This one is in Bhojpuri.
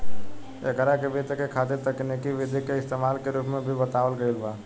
एकरा के वित्त के खातिर तकनिकी विधि के इस्तमाल के रूप में भी बतावल गईल बा